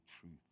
truth